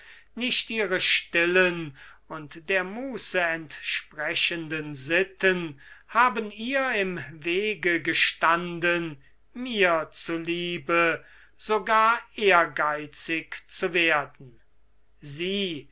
nicht ihre stillen und der muße entsprechenden sitten haben ihr im wege gestanden mir zu liebe sogar ehrgeizig zu werden sie